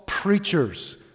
Preachers